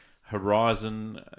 Horizon